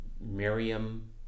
Miriam